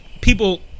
people